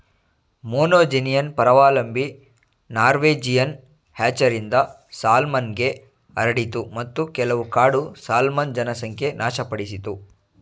monogenean ಪರಾವಲಂಬಿ Norwegian ಹ್ಯಾಚರಿಂದ ಸಾಲ್ಮನ್ಗೆ ಹರಡಿತು ಮತ್ತು ಕೆಲವು ಕಾಡು ಸಾಲ್ಮನ್ ಜನಸಂಖ್ಯೆ ನಾಶಪಡಿಸಿತು